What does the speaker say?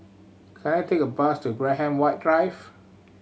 can I take a bus to Graham White Drive